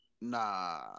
Nah